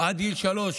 עד גיל שלוש,